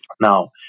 Now